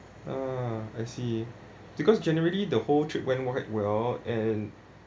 ah I see because generally the whole trip went went well and